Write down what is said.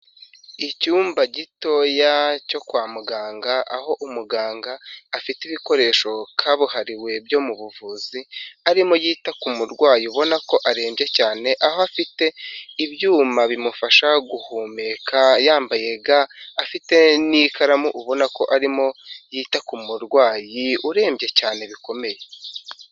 Icyumba gitoya cyo kwa muganga aho umuganga afite ibikoresho kabuhariwe byo mu buvuzi arimo yita ku murwayi ubona ko arembye cyane aho afite ibyuma bimufasha guhumeka yambaye ga afite n'ikaramu ubona ko arimo yita ku murwayi urembye cyane bikomeye.